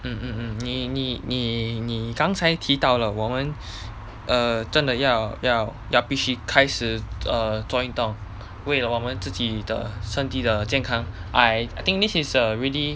mm mm mm 你你你你刚才提到了我们 err 真的要要要必需开始做运动为我们自己的身体的健康 I I think this is a really